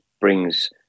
brings